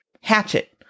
Hatchet